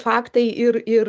faktai ir ir